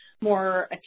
more